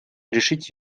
решить